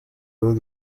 dos